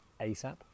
ASAP